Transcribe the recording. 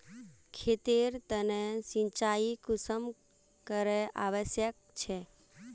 खेतेर तने सिंचाई कुंसम करे आवश्यक छै?